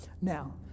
Now